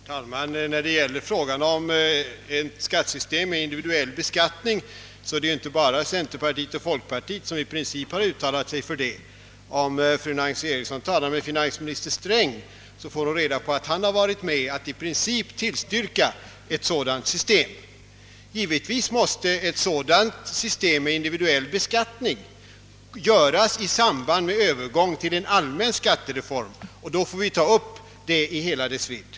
Herr talman! När det gäller frågan om ett skattesystem med individuell ber skattning, så är det ju inte bara centerpartiet och folkpartiet som i princip har uttalat sig för det. Om fru Eriksson i Stockholm. talar med finansminister Sträng, får hon-reda på att han har varit med om att i princip tillstyrka ett sådant system. Givetvis måste ett system med individuell beskattning genomföras i samband med, en allmän skattereform, och då får vi ta upp problemet i hela dess vidd.